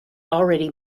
already